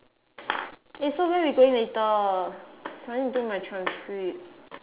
eh so where we going later s~ I need do my transcript